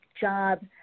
job